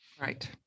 Right